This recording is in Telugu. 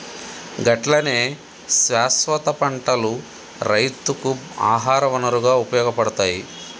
గట్లనే శాస్వత పంటలు రైతుకు ఆహార వనరుగా ఉపయోగపడతాయి